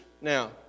Now